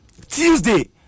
Tuesday